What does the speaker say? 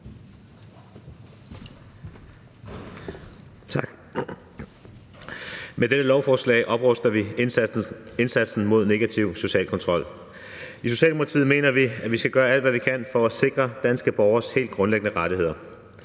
(S): Med dette lovforslag opruster vi indsatsen mod negativ social kontrol. I Socialdemokratiet mener vi, at vi skal gøre alt, hvad vi kan, for at sikre danske borgeres helt grundlæggende rettigheder.